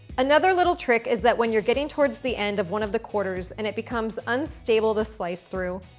another little trick is that when you're getting towards the end of one of the quarters and it becomes unstable to slice through,